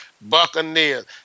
Buccaneers